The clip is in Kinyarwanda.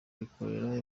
rikorera